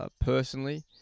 Personally